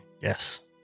yes